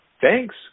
thanks